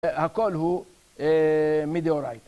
‫הכל הוא מדאורייתא.